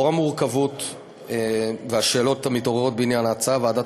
נוכח המורכבות והשאלות המתעוררות בעניין ההצעה ועדת